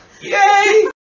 Yay